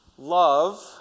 Love